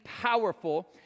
powerful